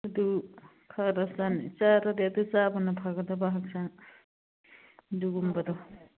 ꯑꯗꯨ ꯈꯔꯥ ꯆꯥꯔꯗꯤ ꯑꯗꯨ ꯆꯥꯕꯅ ꯐꯒꯗꯕ ꯍꯛꯆꯥꯡ ꯑꯗꯨꯒꯨꯝꯕꯗꯨ